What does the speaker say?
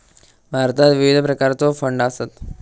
भारतात विविध प्रकारचो फंड आसत